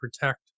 protect